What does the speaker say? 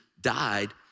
died